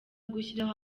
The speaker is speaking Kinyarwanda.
gushyiraho